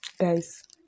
Guys